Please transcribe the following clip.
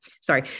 sorry